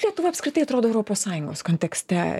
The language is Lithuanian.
lietuva apskritai atrodo europos sąjungos kontekste